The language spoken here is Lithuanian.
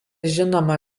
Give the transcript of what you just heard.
žinoma